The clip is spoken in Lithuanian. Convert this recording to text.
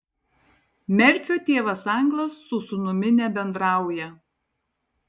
merfio tėvas anglas su sūnumi nebendrauja